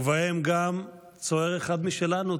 ובהם גם צוער אחד משלנו,